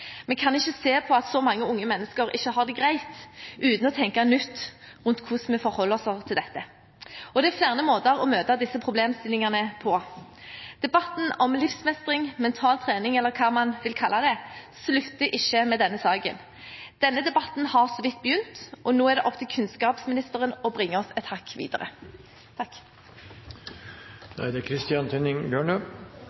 Vi kan ikke se på at så mange unge mennesker ikke har det greit, uten å tenke nytt rundt hvordan vi forholder oss til dette. Det er flere måter å møte disse problemstillingene på. Debatten om livsmestring, mental trening eller hva man vil kalle det, slutter ikke med denne saken. Denne debatten har så vidt begynt, og nå er det opp til kunnskapsministeren å bringe oss et hakk videre.